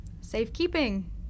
Safekeeping